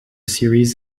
series